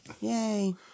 Yay